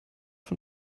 von